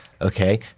Okay